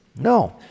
No